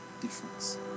difference